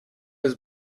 was